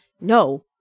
no